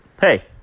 hey